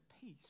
peace